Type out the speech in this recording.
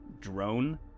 drone